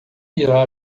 irá